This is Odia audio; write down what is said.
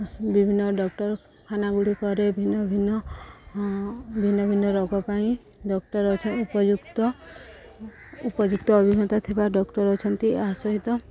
ବିଭିନ୍ନ ଡାକ୍ତରଖାନା ଗୁଡ଼ିକରେ ଭିନ୍ନ ଭିନ୍ନ ଭିନ୍ନ ଭିନ୍ନ ରୋଗ ପାଇଁ ଡକ୍ଟର ଅଛନ୍ତି ଉପଯୁକ୍ତ ଉପଯୁକ୍ତ ଅଭିଜ୍ଞତା ଥିବା ଡକ୍ଟର ଅଛନ୍ତି ଏହା ସହିତ